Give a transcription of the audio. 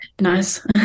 nice